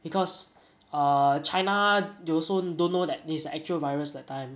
because err china they also don't know that there is a actual virus that time